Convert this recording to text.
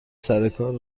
سرکار